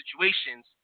situations